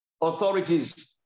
authorities